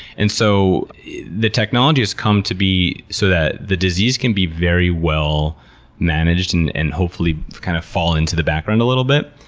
and so the technology has come to be so that the disease can be very well managed and and hopefully kind of fall into the background a little bit.